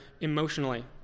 emotionally